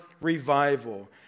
revival